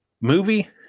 movie